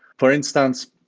for instance,